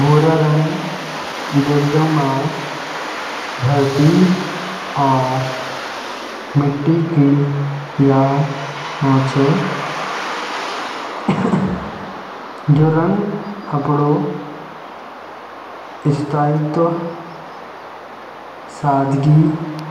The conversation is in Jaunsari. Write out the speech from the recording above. भूरा रंग देखदा म धरती और मिट्टी क याद आउंछ। यो रंग अपण स्थायित्व और सादगी